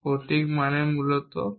প্রতীক মানে মূলত কি